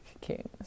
kings